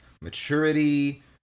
maturity